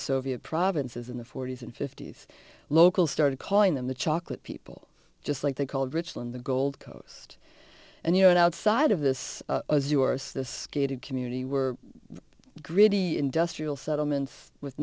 soviet provinces in the forty's and fifty's local started calling them the chocolate people just like they called richland the gold coast and you know outside of this this gated community were gritty industrial settlements with